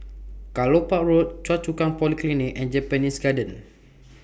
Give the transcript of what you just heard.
Kelopak Road Choa Chu Kang Polyclinic and Japanese Garden